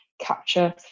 capture